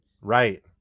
Right